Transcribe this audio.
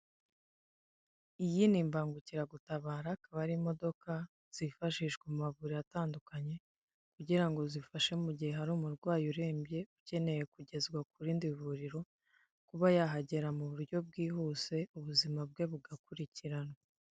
Iyi ni imbangukiragutabara akaba ari imodoka zifashishwa mu amavuriro atandukanye, kugira ngo zifashe mu gihe hari umurwayi urembye ukeneyewe kugezwa ku irindi vuriro kuba yahagera mu buryo bwihuse ubuzima bwe bugakurikiranwa.